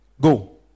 go